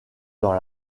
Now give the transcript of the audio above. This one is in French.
dans